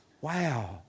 Wow